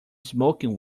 smoking